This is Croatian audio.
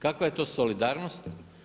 Kakva je to solidarnost?